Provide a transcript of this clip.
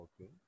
okay